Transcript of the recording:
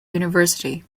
university